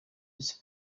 visi